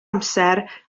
amser